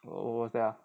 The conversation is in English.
what's that ah